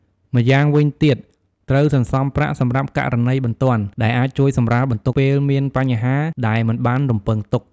ម្យ៉ាងវិញទៀត ត្រូវសន្សំប្រាក់សម្រាប់ករណីបន្ទាន់ ដែលអាចជួយសម្រាលបន្ទុកពេលមានបញ្ហាដែលមិនបានរំពឹងទុក។